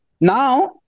now